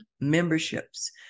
memberships